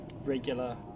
regular